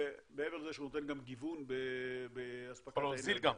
מעבר לזה שהוא נותן גם גיוון באספקת --- הוא יכול להוזיל גם.